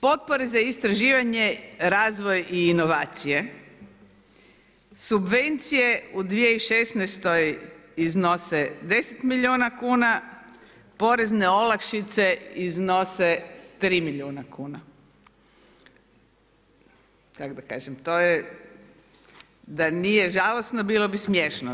Potpore za istraživanje, razvoj i inovacije subvencije u 2016. iznose 10 milijuna kuna, porezne olakšice iznose 3 milijuna kuna, kako da kažem da nije žalosno bilo bi smiješno.